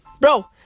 Bro